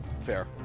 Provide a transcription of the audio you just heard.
Fair